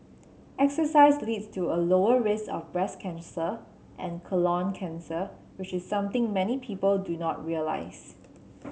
exercise leads to a lower risk of breast cancer and colon cancer which is something many people do not realise